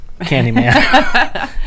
Candyman